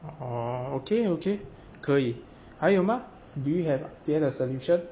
oh okay okay 可以还有吗 do you have 别的 solution